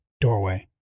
doorway